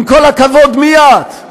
עם כל הכבוד, מי את?